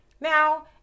Now